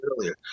earlier